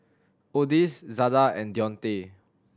Odis Zada and Deontae